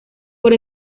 por